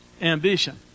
ambition